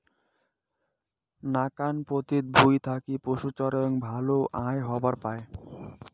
নাকান পতিত ভুঁই থাকি পশুচরেয়া ভালে আয় হবার পায়